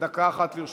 דקה אחת לרשותך.